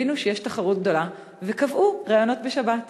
הבינו שיש תחרות גדולה וקבעו ראיונות בשבת.